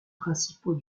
principaux